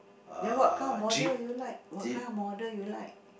then what kind of model you like what kind of model you like